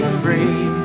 free